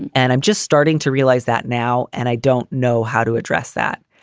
and and i'm just starting to realize that now. and i don't know how to address that.